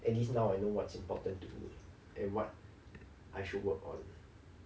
at least now I know what's important to me and what I should work on